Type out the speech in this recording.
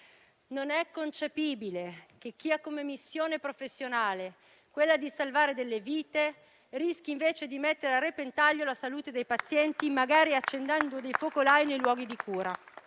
Non è concepibile che chi ha come missione professionale quella di salvare delle vite rischi invece di mettere a repentaglio la salute dei pazienti, magari accendendo dei focolai nei luoghi di cura.